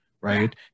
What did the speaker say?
right